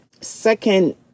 second